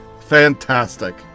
fantastic